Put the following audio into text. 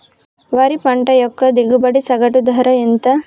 వరి పంట యొక్క దిగుబడి సగటు ధర ఎంత?